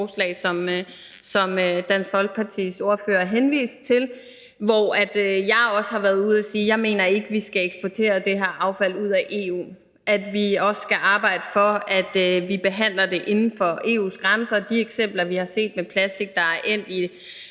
som Dansk Folkepartis ordfører henviste til, og jeg har også været ude at sige, at jeg ikke mener, at vi skal eksportere det her affald ud af EU, og at vi skal arbejde for, at vi behandler det inden for EU's grænser. De eksempler, vi har set, med plastik, der er endt i